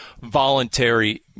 voluntary